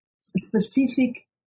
specific